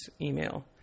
email